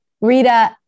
Rita